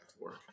work